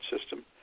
system